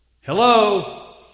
Hello